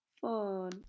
fun